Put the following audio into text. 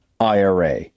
ira